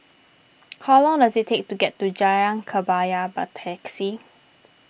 how long does it take to get to Jalan Kebaya by taxi